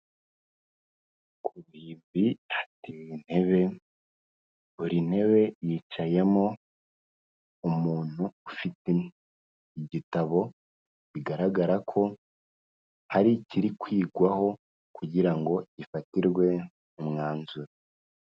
Ku ruhimbi hateye intebe, buri ntebe yicayemo umuntu ufite igitabo, bigaragara ko hari ikirikwigwaho kugira ngo gifatirwe umwanzuro.